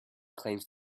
claims